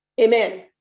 Amen